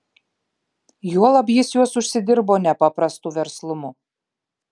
juolab jis juos užsidirbo nepaprastu verslumu